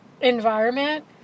environment